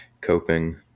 coping